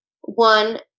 one